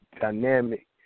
dynamic